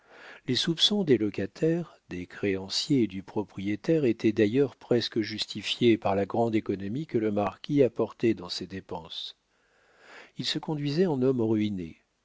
les soupçons des locataires des créanciers et du propriétaire étaient d'ailleurs presque justifiés par la grande économie que le marquis apportait dans ses dépenses il se conduisait en homme ruiné